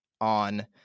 on